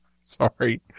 sorry